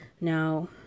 Now